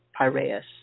Piraeus